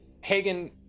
Hagen